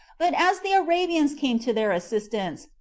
but as the arabians came to their assistance,